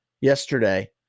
Yesterday